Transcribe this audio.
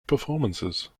performances